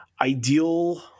ideal